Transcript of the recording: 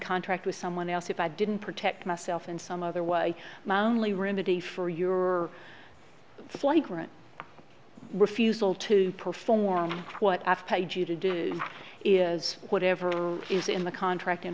contract with someone else if i didn't protect myself in some other was a lonely remedy for your flight right refusal to perform what i've paid you to do is whatever is in the contract